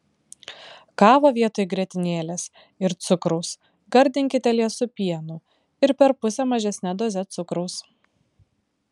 kavą vietoj grietinėlės ir cukraus gardinkite liesu pienu ir per pusę mažesne doze cukraus